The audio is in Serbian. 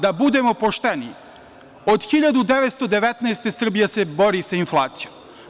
Da budemo pošteni, od 1919. godine, Srbija se bori sa inflacijom.